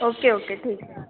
okay okay ठीक है ma'am